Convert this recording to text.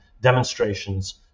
demonstrations